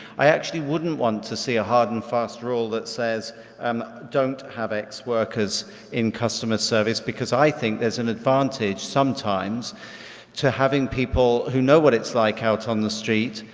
i actually wouldn't want to see a hard and fast rule that says um don't have x workers in customer service, because i think there's an advantage sometimes to having people who know what it's like out on the street,